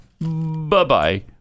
Bye-bye